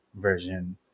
version